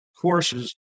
courses